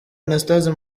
anastase